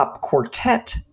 quartet